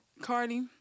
Cardi